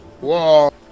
whoa